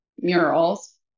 murals